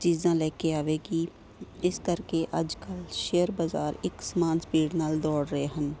ਚੀਜ਼ਾਂ ਲੈ ਕੇ ਆਵੇਗੀ ਇਸ ਕਰਕੇ ਅੱਜ ਕੱਲ੍ਹ ਸ਼ੇਅਰ ਬਾਜ਼ਾਰ ਇੱਕ ਸਮਾਨ ਸਪੀਡ ਨਾਲ ਦੌੜ ਰਹੇ ਹਨ